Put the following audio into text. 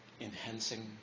Enhancing